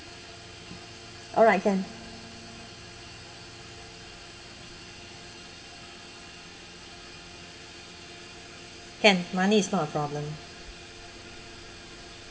alright can can money is not a problem